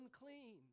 unclean